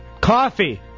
coffee